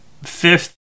Fifth